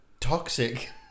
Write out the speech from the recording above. toxic